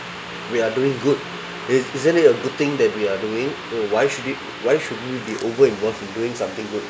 we are doing good it isn't it a good thing that we are doing oh why should it why should we be over and something good